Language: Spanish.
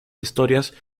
historias